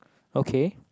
okay